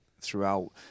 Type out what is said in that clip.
throughout